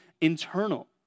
internal